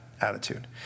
attitude